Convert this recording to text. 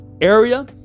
area